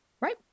Right